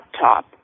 top